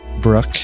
Brooke